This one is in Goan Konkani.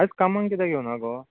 आयज कामांक किद्याक येवना गो